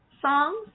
songs